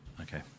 Okay